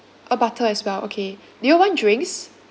a butter as well okay do you want drinks